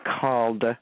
called